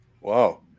Wow